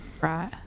Right